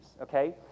okay